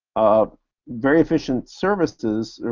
ah very efficient services,